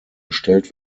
gestellt